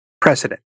precedent